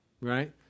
right